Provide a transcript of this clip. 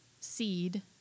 seed